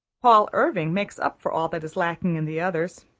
paul irving makes up for all that is lacking in the others.